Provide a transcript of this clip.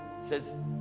says